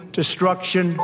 destruction